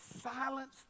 silence